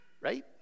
Right